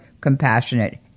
compassionate